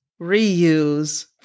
reuse